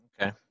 Okay